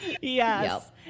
Yes